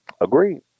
Agreed